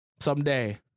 someday